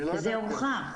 זה הוכח.